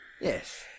yes